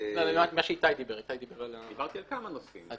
מדריך טיולים המכיר כל פינה בארץ,